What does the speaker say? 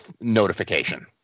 notification